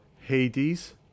Hades